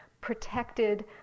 protected